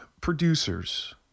producers